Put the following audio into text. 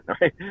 right